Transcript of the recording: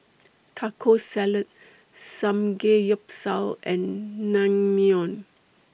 Taco Salad Samgeyopsal and Naengmyeon